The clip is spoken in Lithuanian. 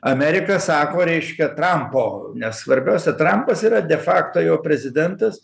amerika sako reiškia trampo nes svarbiausia trampas yra de facto jau prezidentas